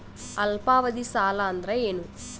ಅಲ್ಪಾವಧಿ ಸಾಲ ಅಂದ್ರ ಏನು?